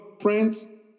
friends